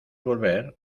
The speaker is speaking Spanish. volver